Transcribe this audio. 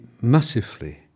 massively